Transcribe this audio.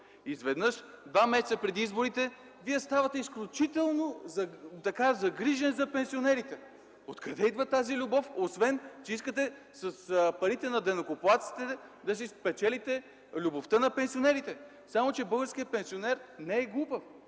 Изведнъж два месеца преди изборите Вие ставате изключително загрижен за пенсионерите! Откъде идва тази любов?! Искате с парите на данъкоплатците да спечелите любовта на пенсионерите. Само че българският пенсионер не е глупав